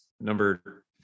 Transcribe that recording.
number